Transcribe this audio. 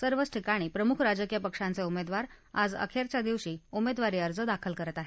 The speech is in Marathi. सर्वच ठिकाणी प्रमुख राजकीय पक्षांचे उमेदवार आज अखेरच्या दिवशी उमेदवारी अर्ज दाखल करत आहेत